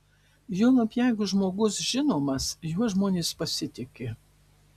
juolab jeigu žmogus žinomas juo žmonės pasitiki